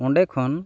ᱚᱸᱰᱮᱠᱷᱚᱱ